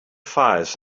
fires